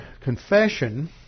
confession